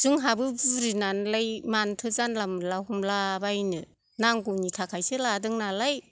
जोंहाबो बुरैनानैलाय मानोथो जानला मोनला हमलाबायनो नांगौनि थाखायसो लादों नालाय